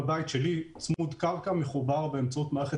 הבית שלי הוא צמוד קרקע שמחובר באמצעות מערכת